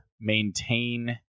maintain